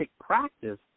practice